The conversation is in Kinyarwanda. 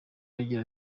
agira